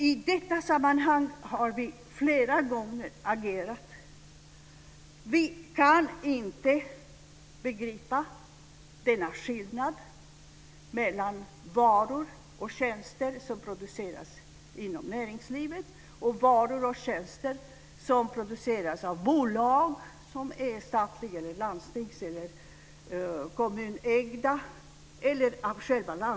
I detta sammanhang har vi agerat flera gånger. Vi kan inte begripa denna skillnad mellan varor och tjänster som produceras inom näringslivet och varor och tjänster som produceras av bolag som är statliga eller landstings eller kommunägda.